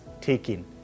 taking